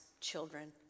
children